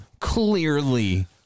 Clearly